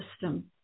system